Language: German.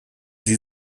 sie